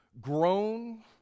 grown